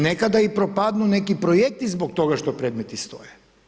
Nekada i propadnu neki projekti zbog toga što predmeti stoje.